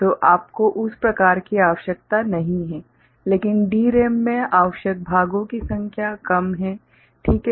तो आपको उस प्रकार की आवश्यकता नहीं है लेकिन DRAM में आवश्यक भागों की संख्या कम है ठीक है